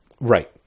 right